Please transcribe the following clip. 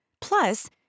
Plus